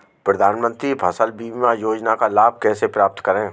प्रधानमंत्री फसल बीमा योजना का लाभ कैसे प्राप्त करें?